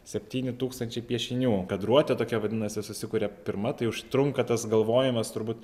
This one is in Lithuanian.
septyni tūkstančiai piešinių kadruoti tokie vadinasi susikuria pirma tai užtrunka tas galvojimas turbūt